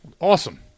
awesome